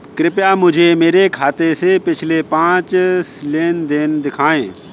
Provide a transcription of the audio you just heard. कृपया मुझे मेरे खाते से पिछले पाँच लेन देन दिखाएं